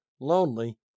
lonely